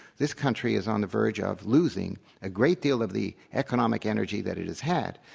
this country is on the verge of losing a great deal of the economic energy that it has had,